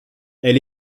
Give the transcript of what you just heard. elle